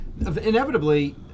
Inevitably